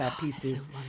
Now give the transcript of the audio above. pieces